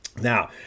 Now